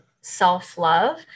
self-love